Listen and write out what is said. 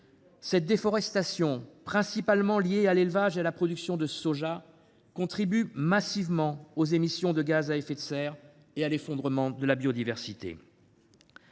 Cette déforestation, principalement liée à l’élevage et à la production de soja, contribue massivement aux émissions de gaz à effet de serre et à l’effondrement de la biodiversité.